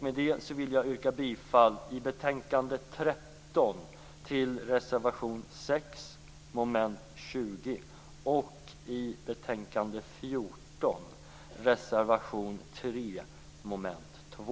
Med det vill jag yrka bifall till i betänkande UbU12 reservation 6 under mom. 20 och i betänkande UbU14 reservation 3 under mom. 2.